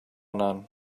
none